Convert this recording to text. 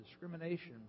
discrimination